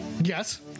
Yes